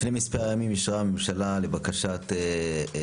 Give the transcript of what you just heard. לפני מספר ימים אישרה הממשלה לבקשת למעשה